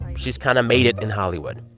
she's kind of made it in hollywood.